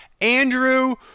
andrew